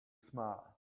smile